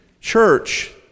church